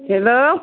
hello